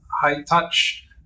high-touch